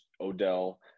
Odell